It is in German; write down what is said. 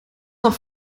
noch